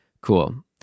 Cool